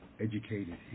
educated